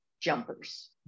jumpers